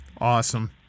Awesome